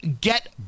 Get